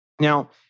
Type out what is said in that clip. Now